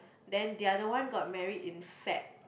then the other one got married in Feb